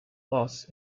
loss